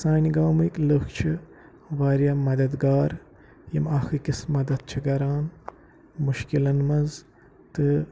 سانہِ گامٕکۍ لٕکھ چھِ وارِیاہ مَدَت گار یِم اَکھ أکِس مَدَتھ چھِ کَران مُشکِلَن منٛز تہٕ